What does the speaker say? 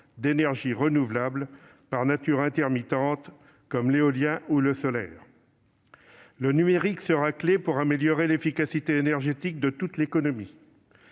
d'énergies renouvelables par nature intermittentes, comme l'éolien ou le solaire. Le numérique sera la clé d'amélioration de l'efficacité énergétique de toute l'économie.